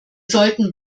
sollten